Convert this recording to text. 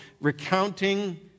recounting